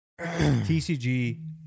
TCG